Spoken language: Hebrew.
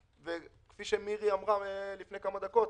כפי שמירי אמרה לפני כמה דקות,